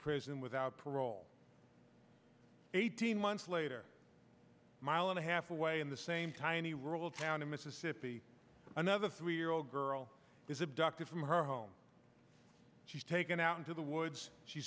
prison without parole eighteen months later mile and a half away in the same tiny rural town in mississippi another three year old girl is abducted from her home she's taken out into the woods she